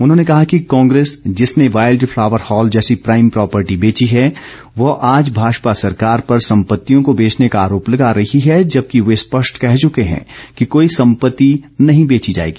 उन्होंने कहा कि कांग्रेस जिसने वाइल्ड फ्लावरहाल जैसी प्राइम प्रापर्टी बेची है वह आज भाजपा सरकार पर संपत्तियों को बेचने का आरोप लगा रही है जबकि वे स्पष्ट कह चुके हैं कि कोई संपत्ति नहीं बेची जाएगी